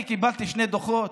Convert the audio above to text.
אני קיבלתי שני דוחות,